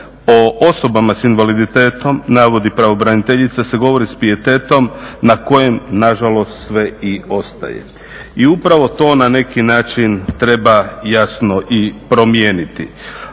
O osobama s invaliditetom navodi pravobraniteljica se govori s pijetetom na kojem nažalost sve i ostaje. I upravo to na neki način treba promijeniti.